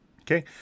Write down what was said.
Okay